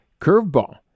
curveball